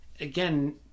Again